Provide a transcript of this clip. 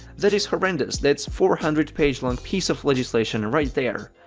that is horrendous, that's four hundred page long piece of legislation and right there.